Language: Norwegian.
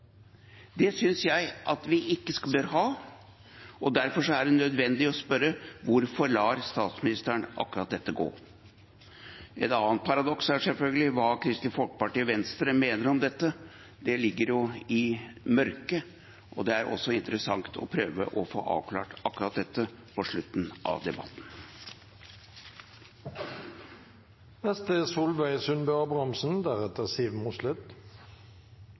ikke at man bør gjøre, og derfor er det nødvendig å spørre: Hvorfor lar statsministeren akkurat dette gå? Et annet paradoks er selvfølgelig hva Kristelig Folkeparti og Venstre mener om dette. Det ligger i mørket, og det er også interessant å prøve å få avklart akkurat dette på slutten av